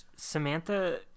Samantha